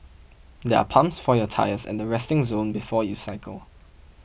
there are pumps for your tyres at the resting zone before you cycle